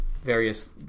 various